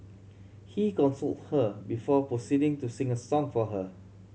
he consoled her before proceeding to sing a song for her